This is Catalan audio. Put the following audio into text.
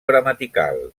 gramatical